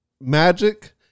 magic